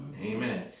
amen